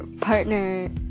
partner